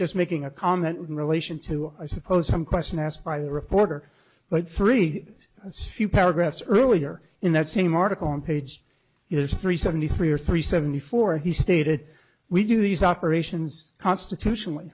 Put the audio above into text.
just making a comment in relation to i suppose some question asked by the reporter but three days and few paragraphs earlier in that same article on page is three seventy three or three seventy four he stated we do these operations constitutionally